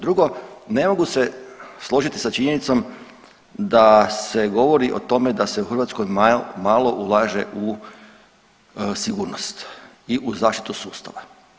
Drugo, ne mogu se složiti sa činjenicom da se govori o tome da se u Hrvatskoj malo ulaže u sigurnost i u zaštitu sustava.